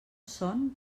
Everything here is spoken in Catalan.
son